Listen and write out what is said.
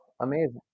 Amazing